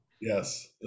Yes